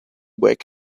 wake